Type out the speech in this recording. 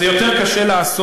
יותר קשה לעשות.